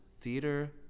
Theater